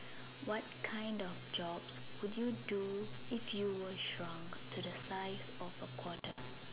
what kind of jobs would you do if you were shrunk to a size of a quarter